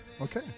Okay